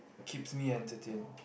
keeps me entertain